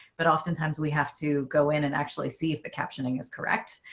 but oftentimes we have to go in and actually see if the captioning is correct,